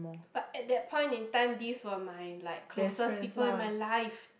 but at that point in time these were my like closest people in my life